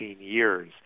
years